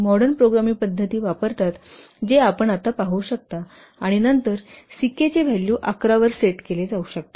modern programming पद्धती वापरतात जे आपण आता पाहू शकता आणि नंतर C K चे व्हॅल्यू 11 वर सेट केले जाऊ शकते